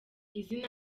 izina